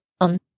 On